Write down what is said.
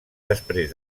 després